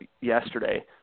yesterday